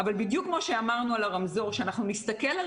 באופן יחסי לשאר האוכלוסייה